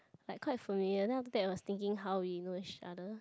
like quite familiar then after that must thinking how we know each other